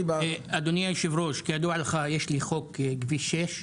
אדוני היושב-ראש, כידוע לך יש לי חוק כביש 6,